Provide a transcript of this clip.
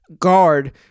Guard